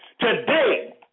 Today